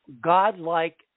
godlike